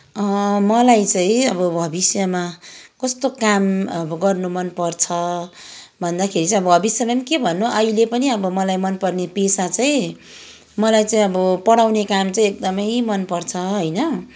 मलाई चाहिँ अब भविष्यमा कस्तो काम अब गर्नु मनपर्छ भन्दाखेरि चाहिँ अब भविष्यमा नि के भन्नु अहिले पनि अब मलाई मनपर्ने पेसा चाहिँ मलाई चाहिँ अब पढाउने काम चाहिँ एकदमै मनपर्छ होइन